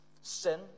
sin